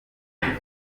ntacyo